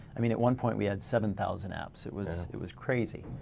i mean at one point we had seven thousand apps, it was it was crazy.